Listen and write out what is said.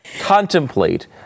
contemplate